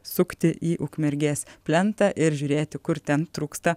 sukti į ukmergės plentą ir žiūrėti kur ten trūksta